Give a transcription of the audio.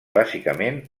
bàsicament